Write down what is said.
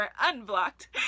Unblocked